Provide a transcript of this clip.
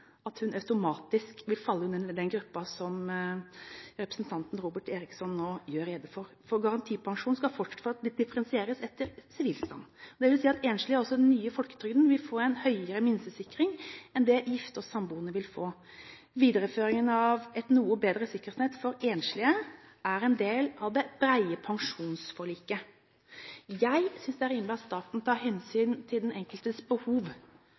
at hun automatisk vil falle inn under den gruppen som representanten Robert Eriksson nå gjør rede for. For garantipensjon skal fortsatt differensieres etter sivilstand. Det vil si at enslige, og også nye i folketrygden, vil få en høyere minstesikring enn det gifte og samboende vil få. Videreføringen av et noe bedre sikkerhetsnett for enslige er en del av det brede pensjonsforliket. Jeg synes det er rimelig at staten tar hensyn til den enkeltes behov,